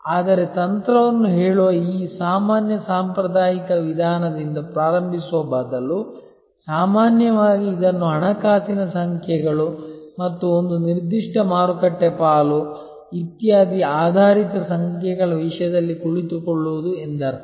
ಆದರೆ ತಂತ್ರವನ್ನು ಹೇಳುವ ಈ ಸಾಮಾನ್ಯ ಸಾಂಪ್ರದಾಯಿಕ ವಿಧಾನದಿಂದ ಪ್ರಾರಂಭಿಸುವ ಬದಲು ಸಾಮಾನ್ಯವಾಗಿ ಇದನ್ನು ಹಣಕಾಸಿನ ಸಂಖ್ಯೆಗಳು ಮತ್ತು ಒಂದು ನಿರ್ದಿಷ್ಟ ಮಾರುಕಟ್ಟೆ ಪಾಲು ಇತ್ಯಾದಿ ಆಧಾರಿತ ಸಂಖ್ಯೆಗಳ ವಿಷಯದಲ್ಲಿ ಕುಳಿತುಕೊಳ್ಳುವುದು ಎಂದರ್ಥ